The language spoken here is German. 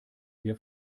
wir